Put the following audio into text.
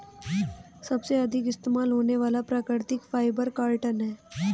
सबसे अधिक इस्तेमाल होने वाला प्राकृतिक फ़ाइबर कॉटन है